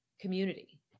community